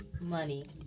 money